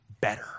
better